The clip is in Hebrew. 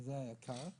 זה היה קל,